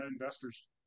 investors